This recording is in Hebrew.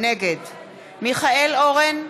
נגד מיכאל אורן,